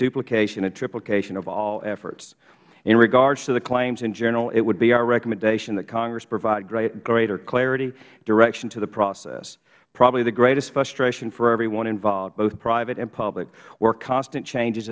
duplication and triplication of all efforts in regards to the claims in general it would be our recommendation that congress provide greater clarity and direction to the process probably the greatest frustration for everyone involved both private and public were constant changes